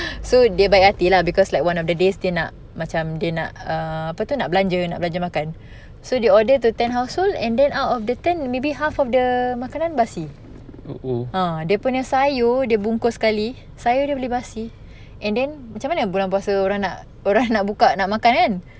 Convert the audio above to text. uh oh